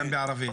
גם בערבית.